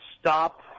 stop